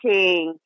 King